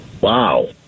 Wow